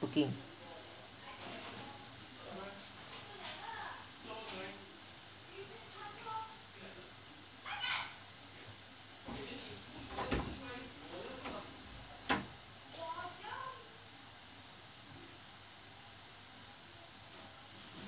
booking